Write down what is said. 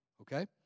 okay